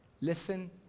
Listen